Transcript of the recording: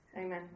Amen